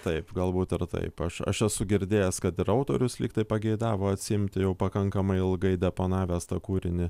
taip galbūt ir taip aš aš esu girdėjęs kad ir autorius lyg tai pageidavo atsiimti jau pakankamai ilgai deponavęs tą kūrinį